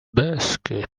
basket